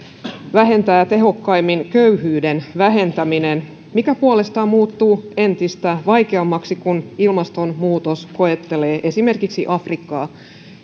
vähentää tehokkaimmin köyhyyden vähentäminen mikä puolestaan muuttuu entistä vaikeammaksi kun ilmastonmuutos koettelee esimerkiksi afrikkaa